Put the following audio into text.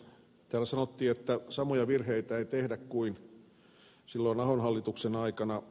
täällä sanottiin että samoja virheitä ei tehdä kuin silloin ahon hallituksen aikana